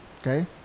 okay